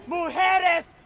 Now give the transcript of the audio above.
Mujeres